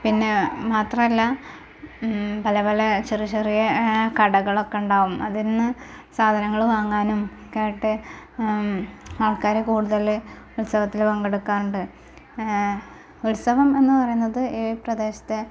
പിന്നെ മാത്രവല്ല പല പല ചെറിയ ചെറിയ കടകൾ ഒക്ക് ഉണ്ടാകും അതിൽ നിന്ന് സാധനങ്ങള് വാങ്ങാനും ഒക്കെയായിട്ട് ആൾക്കാര് കൂടുതല് ഉത്സവത്തിൽ പങ്കെടുക്കാറുണ്ട് ഉത്സവം എന്ന് പറയന്നത് പ്രദേശത്തെ